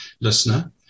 listener